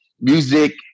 music